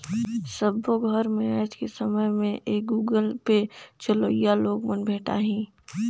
सबो घर मे आएज के समय में ये गुगल पे चलोइया लोग मन भेंटाहि